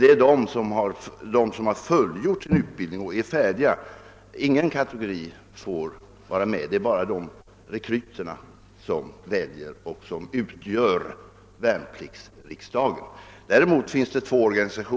Det är emellertid bara rekryterna som väljer ombud. Däremot är två organisatio